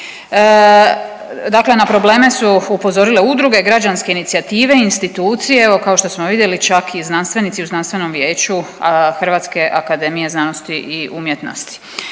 Dakle, na probleme su upozorile udruge, građanske inicijative, institucije evo kao što smo vidjeli čak i znanstvenici u znanstvenom vijeću HAZU. Svi oni pozivaju na to